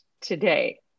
today